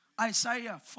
Isaiah